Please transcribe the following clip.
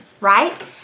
right